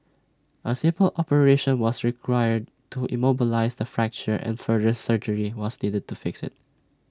A simple operation was required to immobilise the fracture and further surgery was needed to fix IT